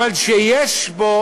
אבל שיש בו